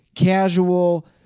Casual